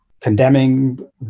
condemning